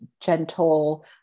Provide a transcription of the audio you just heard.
gentle